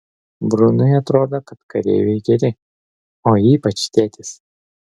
brunui atrodo kad kareiviai geri o ypač tėtis